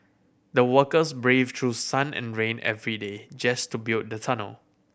the workers braved through sun and rain every day just to build the tunnel